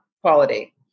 quality